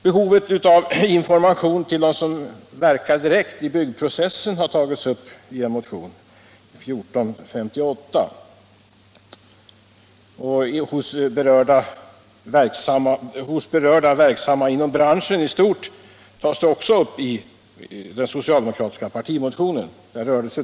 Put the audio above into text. Behovet av information till dem som är direkt verksamma i byggprocessen har tagits upp i motionen 1458. Frågan om information till övriga branschverksamma — exempelvis förvaltare av en bostadsfastighet — tas också upp i den socialdemokratiska partimotionen.